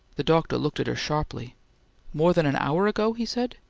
the doctor looked at her sharply more than an hour ago? he said.